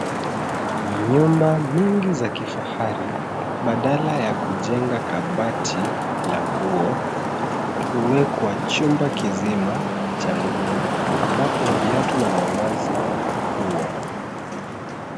Nyumba mingi za kifahari, badala ya kujenga kabati la nguo, huwekwa chumba kizima cha nguo ambapo viatu na mavazi hua.